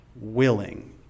willing